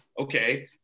okay